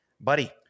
Buddy